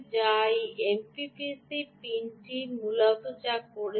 যা এই এমপিপিসি পিনটি মূলত করছে